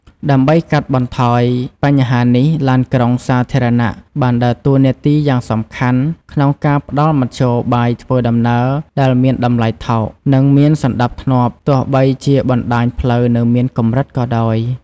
ដើម្បីកាត់បន្ថយបញ្ហានេះ ឡានក្រុងសាធារណៈ បានដើរតួនាទីយ៉ាងសំខាន់ក្នុងការផ្តល់មធ្យោបាយធ្វើដំណើរដែលមានតម្លៃថោក និងមានសណ្តាប់ធ្នាប់ ទោះបីជាបណ្ដាញផ្លូវនៅមានកម្រិតក៏ដោយ។